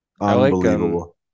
unbelievable